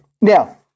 Now